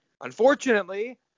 Unfortunately